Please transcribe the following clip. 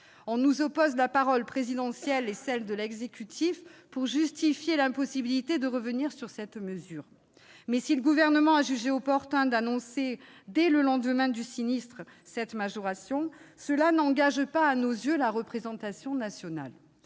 On nous oppose la parole présidentielle et celle de l'exécutif pour justifier l'impossibilité de revenir sur cette mesure, mais si le Gouvernement a jugé opportun d'annoncer, dès le lendemain du sinistre, cette majoration, ses mots n'engagent pas pour autant la représentation nationale.